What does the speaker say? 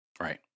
right